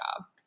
job